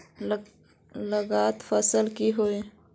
लागत फसल की होय?